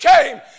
came